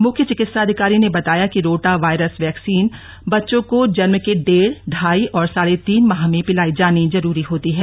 मुख्य विकित्साधिकारी ने बताया के रोटा वायरस वैक्सीन बच्चों को जन्म के डेढ़ ढाई और साढ़े तीन माह में पिलाई जानी जरूरी होती है